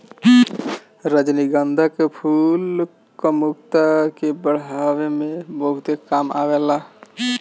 रजनीगंधा के फूल कामुकता के बढ़ावे में बहुते काम आवेला